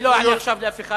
אני לא אענה עכשיו לאף אחד.